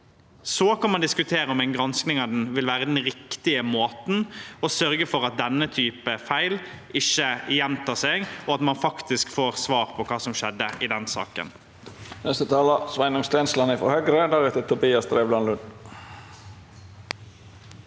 så kan man diskutere om en granskning av den vil være den riktige måten å sørge for at denne typen feil ikke gjentar seg, og at man faktisk får svar på hva som skjedde i denne saken.